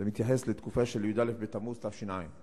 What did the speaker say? זה מתייחס לתקופה של י"א בתמוז תש"ע.